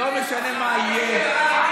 לא משנה מה יהיה,